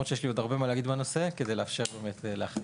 כדי לאפשר גם לאחרים,